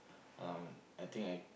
um I think I